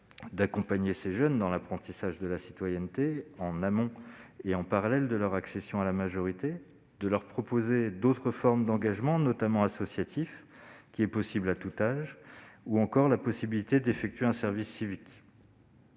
d'accompagner ces jeunes dans l'apprentissage de la citoyenneté en amont et, en parallèle de leur accession à la majorité, de leur proposer d'autres formes d'engagement, notamment associatives, possibles à tout âge, ou encore la possibilité d'effectuer un service civique.